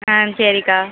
ஆ சரிக்கா